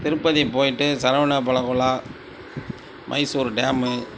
திருப்பதி போயிட்டு சரவணா பலகுலா மைசூர் டேமு